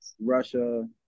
Russia